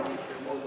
אני לא הצבעתי.